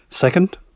Second